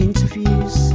Interviews